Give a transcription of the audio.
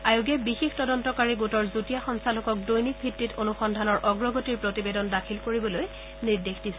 আয়োগে বিশেষ তদন্তকাৰী গোটৰ যুটীয়া সঞ্চালকক দৈনিক ভিত্তিত অনুসন্ধানৰ অগ্ৰগতিৰ প্ৰতিবেদন দাখিল কৰিবলৈ নিৰ্দেশ দিছে